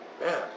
Man